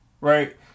right